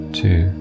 two